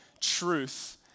truth